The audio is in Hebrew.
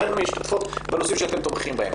מהן מועסקות בנושאים שבהם אתם תומכים.